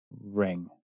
Ring